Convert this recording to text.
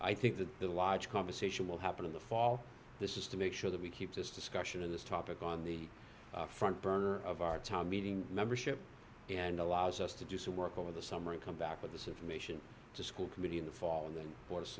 watch conversation will happen in the fall this is to make sure that we keep this discussion of this topic on the front burner of our time meeting membership and allows us to do some work over the summer and come back with this information to school committee in the fall and then